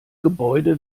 gebäude